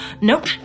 Nope